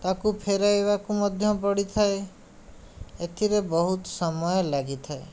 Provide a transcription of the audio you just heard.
ତାକୁ ଫେରାଇବାକୁ ମଧ୍ୟ ପଡ଼ିଥାଏ ଏଥିରେ ବହୁତ ସମୟ ଲାଗିଥାଏ